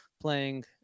playing